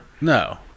No